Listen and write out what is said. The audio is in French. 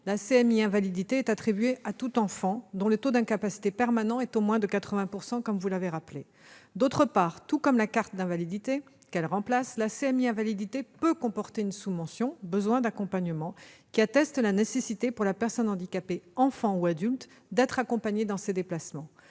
la CMI invalidité est attribuée à tout enfant dont le taux d'incapacité permanente est au moins de 80 %, comme vous l'avez rappelé. D'autre part, tout comme la carte d'invalidité qu'elle remplace, la CMI invalidité peut comporter une sous-mention « besoin d'accompagnement », qui atteste de la nécessité pour la personne handicapée, enfant ou adulte, d'être accompagnée dans ses déplacements.